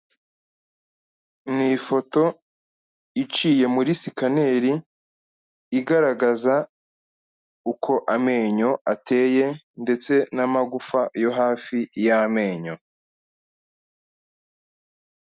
Ni ifoto iciye muri sikaneri, igaragaza uko amenyo ateye ndetse n'amagufa yo hafi y'amenyo.